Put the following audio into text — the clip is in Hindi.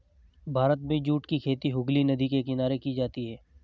भारत में जूट की खेती हुगली नदी के किनारे की जाती है